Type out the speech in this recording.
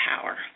power